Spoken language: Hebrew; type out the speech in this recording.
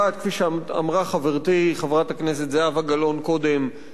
כפי שאמרה חברתי חברת הכנסת זהבה גלאון קודם,